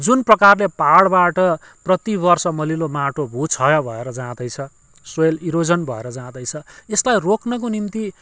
जुन प्रकारले पहाडबाट प्रतिवर्ष मलिलो माटो भूक्षय भएर जाँदैछ सोयल इरोजन भएर जाँदैछ यसलाई रोक्नको निम्ति